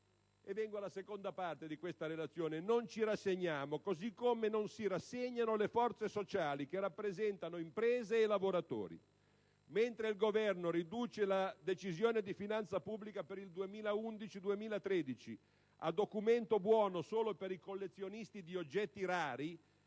e vengo alla seconda parte di questa relazione - non ci rassegniamo, così come non si rassegnano le forze sociali che rappresentano imprese e lavoratori. Mentre il Governo riduce la Decisione di finanza pubblica per il 2011-2013 a documento buono solo per i collezionisti di oggetti rari